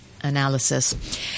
Analysis